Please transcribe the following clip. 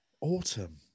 Autumn